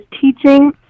teaching